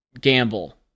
gamble